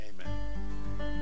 Amen